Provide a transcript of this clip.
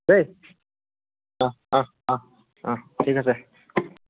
দেই ঠিক আছে